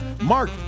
Mark